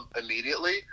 immediately